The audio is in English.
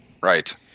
Right